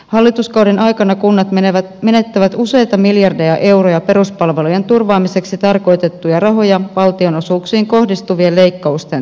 hallituskauden aikana kunnat menettävät useita miljardeja euroja peruspalvelujen turvaamiseksi tarkoitettuja rahoja valtionosuuksiin kohdistuvien leikkausten takia